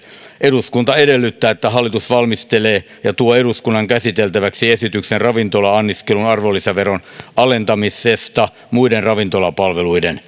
eduskunta edellyttää että hallitus valmistelee ja tuo eduskunnan käsiteltäväksi esityksen ravintola anniskelun arvonlisäveron alentamisesta muiden ravintolapalveluiden